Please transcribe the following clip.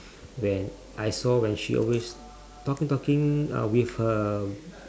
when I saw when she always talking talking uh with her